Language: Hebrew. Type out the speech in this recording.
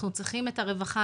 אנחנו צריכים את הרווחה,